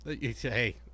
hey